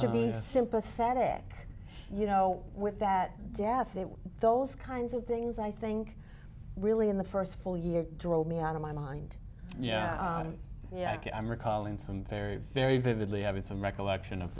to be sympathetic you know with that death they were those kinds of things i think really in the first full year drove me out of my mind yeah yeah i'm recalling some very very vividly having some recollection of